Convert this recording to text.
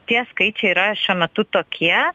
tie skaičiai yra šiuo metu tokie